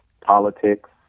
politics